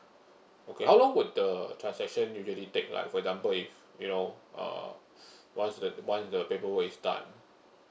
okay how long would the transaction really take like for example if you know uh once the once the paperwork is done